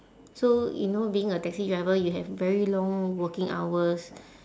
so you know being a taxi driver you have very long working hours